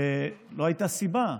ולא הייתה סיבה.